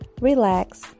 relax